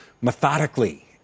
methodically